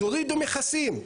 תורידו מכסים.